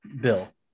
Bill